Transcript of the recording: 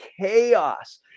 chaos